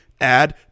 add